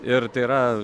ir tai yra